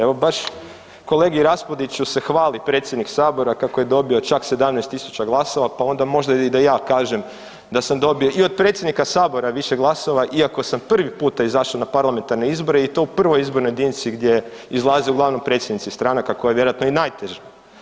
Evo baš kolegi Raspudiću se hvali predsjednik sabora kako je dobio čak 17.000 glasova, pa onda možda i da ja kažem da sam dobio i od predsjednika sabora više glasova iako sam prvi puta izašao na parlamentarne izbore i to u I. izbornoj jedinici gdje izlaze uglavnom predsjednici stranaka koja je vjerojatno i najteža.